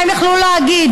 מה הם יכלו להגיד?